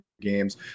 games